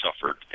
suffered